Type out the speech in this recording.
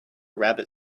rabbit